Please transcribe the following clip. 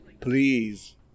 please